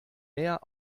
mehr